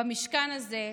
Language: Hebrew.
במשכן הזה,